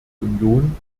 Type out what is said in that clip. union